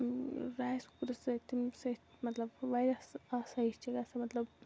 rice cooker سۭتۍ تٔمۍ سۭتۍ مطلب واریاہ آسٲیِش چھِ گژھان مطلب